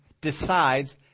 decides